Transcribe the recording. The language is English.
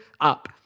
up